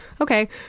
okay